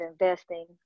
investing